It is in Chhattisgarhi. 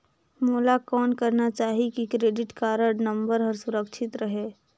मोला कौन करना चाही की क्रेडिट कारड नम्बर हर सुरक्षित रहे?